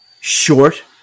short